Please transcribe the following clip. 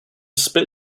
spit